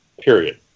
Period